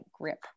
grip